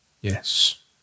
Yes